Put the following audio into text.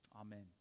Amen